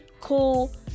cool